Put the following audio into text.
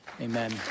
Amen